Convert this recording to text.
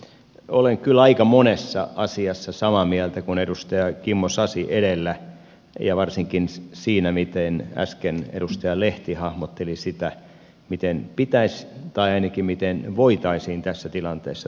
olen kyllä aika monessa asiassa samaa mieltä kuin edustaja kimmo sasi edellä ja varsinkin siinä miten äsken edustaja lehti hahmotteli sitä miten pitäisi tai ainakin miten voitaisiin tässä tilanteessa toimia